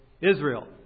Israel